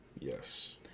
Yes